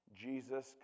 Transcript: Jesus